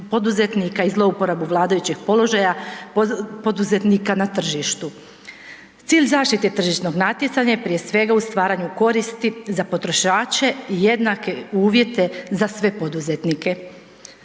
i zlouporabu vladajućeg položaja poduzetnika na tržištu. Cilj zaštite tržišnog natjecanja je prije svega u stvaranju koristi za potrošače, jednake uvjete za sve poduzetnike.